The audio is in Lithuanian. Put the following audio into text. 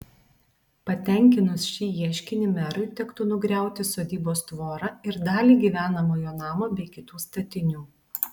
patenkinus šį ieškinį merui tektų nugriauti sodybos tvorą ir dalį gyvenamojo namo bei kitų statinių